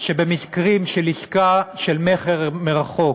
שבמקרים של עסקה של מכר מרחוק,